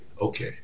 okay